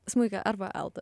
smuiką arba altą